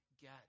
get